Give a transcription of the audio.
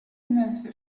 neuf